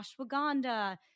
ashwagandha